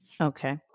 Okay